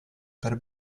per